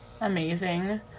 Amazing